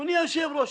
אדוני היושב-ראש,